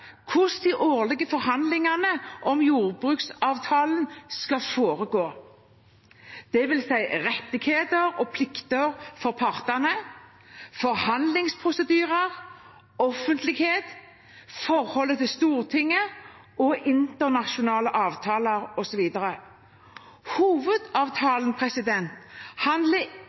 hvordan de årlige forhandlingene om jordbruksavtalen skal foregå, det vil si rettigheter og plikter for partene, forhandlingsprosedyrer, offentlighet, forholdet til Stortinget, internasjonale avtaler osv. Hovedavtalen handler